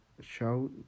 show